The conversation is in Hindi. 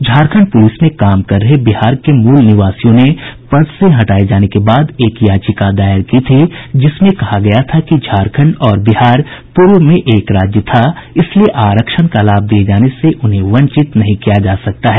झारखंड पुलिस में काम कर रहे बिहार के मूल निवासियों ने पद से हटाये जाने के बाद एक याचिका दायर की थी जिसमें कहा गया था कि झारखंड और बिहार पूर्व में एक राज्य था इसलिए आरक्षण का लाभ दिये जाने से उन्हें वंचित नहीं किया जा सकता है